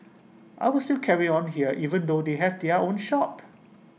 I would still carry on here even though they have their own shop